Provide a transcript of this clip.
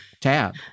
tab